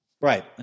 right